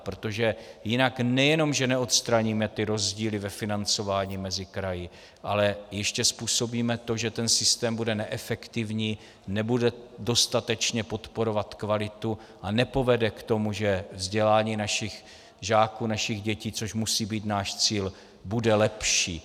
Protože jinak nejenom že neodstraníme rozdíly ve financování mezi kraji, ale ještě způsobíme to, že ten systém bude neefektivní, nebude dostatečně podporovat kvalitu a nepovede k tomu, že vzdělání našich žáků, našich dětí, což musí být náš cíl, bude lepší.